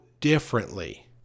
differently